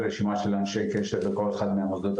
הם רוצים להתחיל דף חלק, איך עוזרים להם?